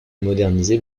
moderniser